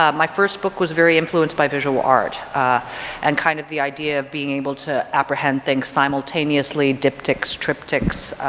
ah my first book was very influenced by visual art and kind of the idea of being able to apprehend things simultaneously, diptychs, triptychs,